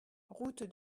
route